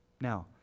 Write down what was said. Now